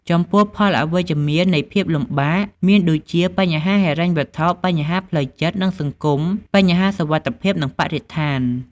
ចំពោះផលអវិជ្ជនៃភាពលំបាក មានដូចជាបញ្ហាហិរញ្ញវត្ថុ បញ្ហាផ្លូវចិត្ត និងសង្គម ,បញ្ហាសុវត្ថិភាព និងបរិស្ថាន។